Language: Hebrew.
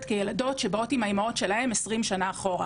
כילדות מגיעות אלינו למחלקה עם האימהות שלהן 20 שנה אחורה.